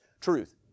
truth